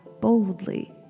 boldly